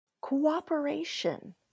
cooperation